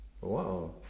Wow